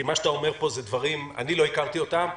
כי מה שאתה אומר פה אלה דברים שאני לא הכרתי אותם,